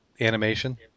animation